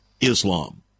Islam